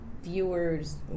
Viewers